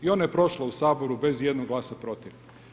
I ona je prošla u Saboru bez ijednog glasa protiv.